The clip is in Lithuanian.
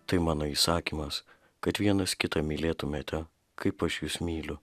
tai mano įsakymas kad vienas kitą mylėtumėte kaip aš jus myliu